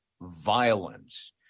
violence